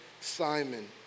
Simon